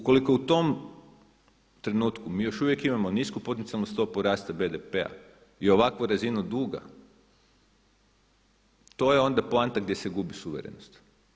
Ako u tom trenutku mi još uvijek imamo nisku potencijalnu stopu rasta BDP-a i ovakvu razinu duga, to je onda poanta gdje se gubi suverenost.